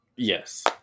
Yes